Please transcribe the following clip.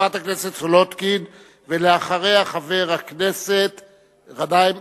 חברת הכנסת סולודקין, ואחריה, חבר הכנסת גנאים.